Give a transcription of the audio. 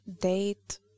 date